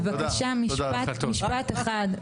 בבקשה משפט אחד.